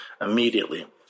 Immediately